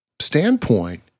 standpoint